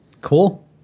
Cool